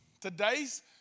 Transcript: Today's